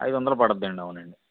ఐదువందలు పడుద్దండి అవునండి